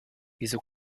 wieso